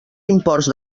imports